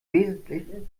wesentlichen